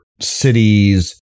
cities